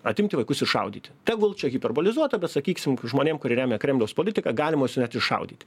atimti vaikus iššaudyti tegul čia hiperbolizuota bet sakyksim žmonėms kurie remia kremliaus politiką galima net iššaudyti